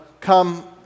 come